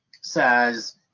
says